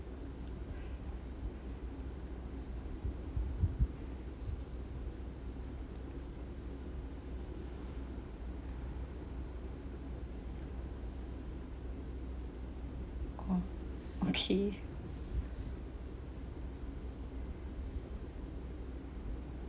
oh okay